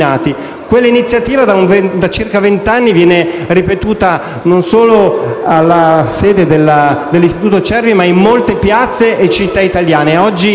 Quell'iniziativa, da circa vent'anni, viene ripetuta non solo nella sede dell'Istituto Cervi, ma in molte piazze e città italiane.